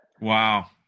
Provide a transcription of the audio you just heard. Wow